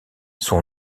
son